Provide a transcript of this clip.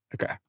Okay